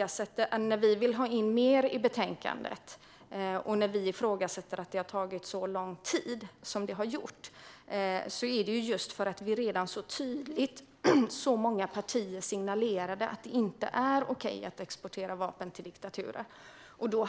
Att vi vill ha in mer i betänkandet och ifrågasätter att det har tagit så lång tid beror på att så många partier redan tydligt har signalerat att det inte är okej att exportera vapen till diktaturer. Vi